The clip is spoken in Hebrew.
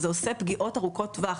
זה עושה פגיעות ארוכות טווח.